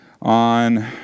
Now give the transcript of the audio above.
on